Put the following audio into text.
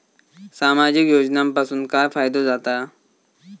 सामाजिक योजनांपासून काय फायदो जाता?